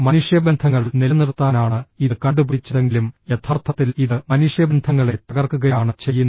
മനുഷ്യബന്ധങ്ങൾ നിലനിർത്താനാണ് ഇത് കണ്ടുപിടിച്ചതെങ്കിലും യഥാർത്ഥത്തിൽ ഇത് മനുഷ്യബന്ധങ്ങളെ തകർക്കുകയാണ് ചെയ്യുന്നത്